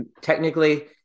technically